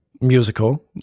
Musical